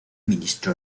ministro